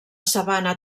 sabana